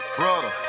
brother